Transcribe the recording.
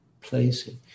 placing